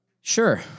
Sure